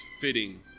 fitting